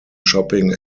shopping